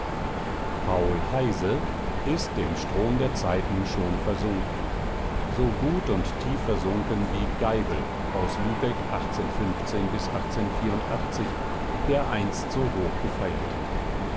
paul heyse ist im strom der zeiten schon versunken so tief versunken wie geibel aus lübeck der einst so hochgefeierte geibel